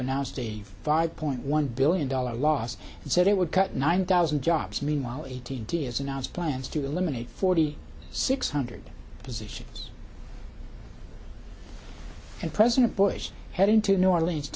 a five point one billion dollars loss and said it would cut nine thousand jobs meanwhile eighteen da has announced plans to eliminate forty six hundred positions and president bush heading to new orleans